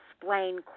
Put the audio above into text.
explain